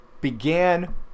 began